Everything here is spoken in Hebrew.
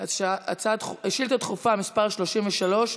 שאילתה דחופה מס' 33,